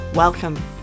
Welcome